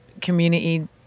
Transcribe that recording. community